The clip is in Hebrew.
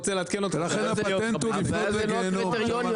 המטרה היא שלכולם יהיה קוורום.